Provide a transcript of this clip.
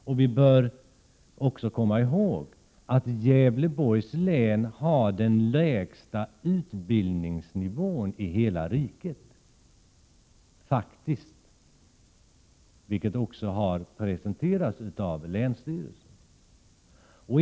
Man bör komma ihåg att Gävleborgs län faktiskt har den lägsta utbildningsnivån i hela riket, vilket också har redovisats av länsstyrelsen.